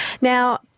Now